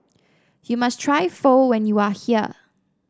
you must try Pho when you are here